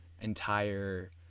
entire